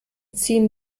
ziehen